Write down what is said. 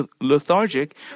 lethargic